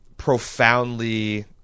profoundly